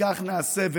וכך נעשה.